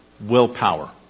Willpower